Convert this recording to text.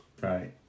right